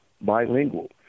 bilingual